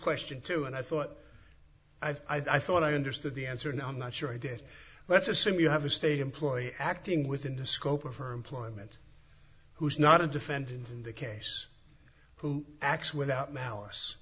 question two and i thought i thought i understood the answer and i'm not sure i did let's assume you have a state employee acting within the scope of her employment who is not a defendant in the case who acts without malice